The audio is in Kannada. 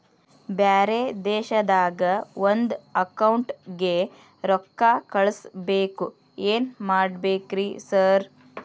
ಬ್ಯಾರೆ ದೇಶದಾಗ ಒಂದ್ ಅಕೌಂಟ್ ಗೆ ರೊಕ್ಕಾ ಕಳ್ಸ್ ಬೇಕು ಏನ್ ಮಾಡ್ಬೇಕ್ರಿ ಸರ್?